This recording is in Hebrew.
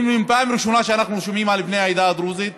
אומרים להם: פעם ראשונה שאנחנו שומעים על בני העדה הדרוזית,